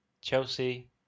Chelsea